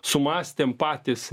sumąstėm patys